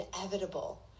inevitable